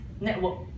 network